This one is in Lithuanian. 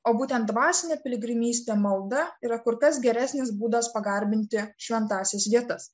o būtent dvasinė piligrimystė malda yra kur kas geresnis būdas pagarbinti šventąsias vietas